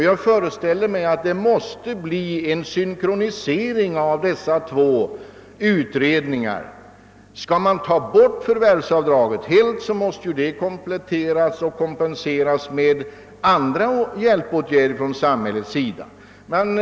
Jag föreställer mig att dessa båda utredningar måste synkroni seras. Om förvärvsavdraget helt tas bort måste det kompletteras och kompenseras med andra hjälpåtgärder.